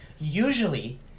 usually